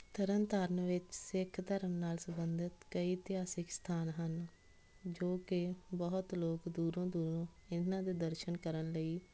ਤਰਨਤਾਰਨ ਵਿੱਚ ਸਿੱਖ ਧਰਮ ਨਾਲ ਸੰਬੰਧਿਤ ਕਈ ਇਤਿਹਾਸਿਕ ਸਥਾਨ ਹਨ ਜੋ ਕਿ ਬਹੁਤ ਲੋਕ ਦੂਰੋਂ ਦੂਰੋਂ ਇਹਨਾਂ ਦੇ ਦਰਸ਼ਨ ਕਰਨ ਲਈ